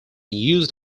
used